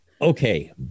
Okay